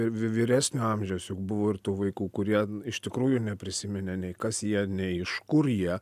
vy vyresnio amžiaus juk buvo ir tų vaikų kurie iš tikrųjų neprisiminė nei kas jie nei iš kur jie